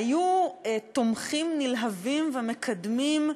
היו תומכים נלהבים ומקדמים,